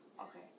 Okay